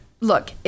look